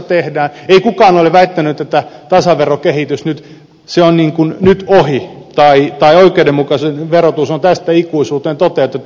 ei kukaan ole väittänyt että tasaverokehitys on nyt ohi tai oikeudenmukainen verotus on tästä ikuisuuteen toteutettu